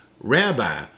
Rabbi